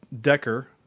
Decker